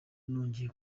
nongeye